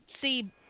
see